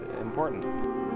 important